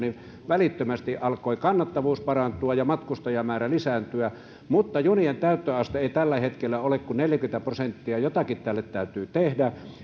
välittömästi alkoi kannattavuus parantua ja matkustajamäärä lisääntyä mutta junien täyttöaste ei tällä hetkellä ole kuin neljäkymmentä prosenttia jotakin tälle täytyy tehdä